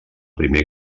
primer